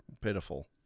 pitiful